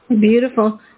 Beautiful